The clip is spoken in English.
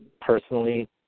Personally